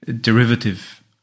derivative